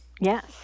yes